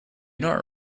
not